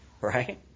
right